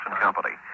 Company